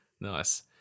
Nice